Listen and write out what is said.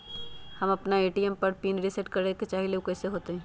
हम अपना ए.टी.एम के पिन रिसेट करे के चाहईले उ कईसे होतई?